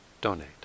donate